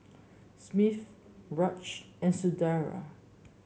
Raj and Sunderlal